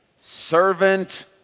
servant